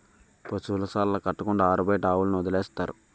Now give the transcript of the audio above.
పశువుల శాలలు కట్టకుండా ఆరుబయట ఆవుల్ని వదిలేస్తారు